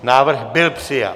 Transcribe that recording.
Návrh byl přijat.